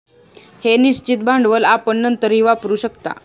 हे निश्चित भांडवल आपण नंतरही वापरू शकता